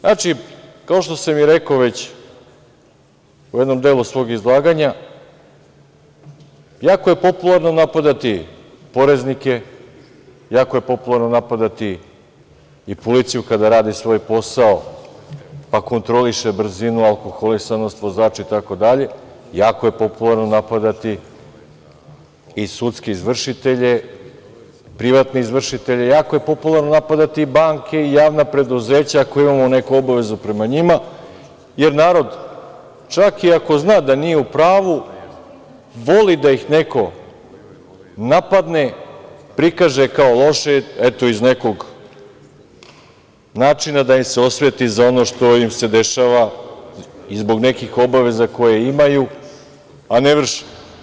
Znači, kao što sam i rekao već u jednom delu svog izlaganja, jako je popularno napadati poreznike, jako je popularno napadati i policiju kada radi svoj posao pa kontroliše brzinu, alkoholisanost vozača itd, jako je popularno napadati i sudske izvršitelje, privatne izvršitelje, jako je popularno napadati banke, javna preduzeća ako imamo neku obavezu prema njima, jer narod čak i ako zna da nije u pravu, voli da ih neko napadne, prikaže kao loše, eto iz nekog načina da im se osveti za ono što im se dešava i zbog nekih obaveza koje imaju, a ne vrše.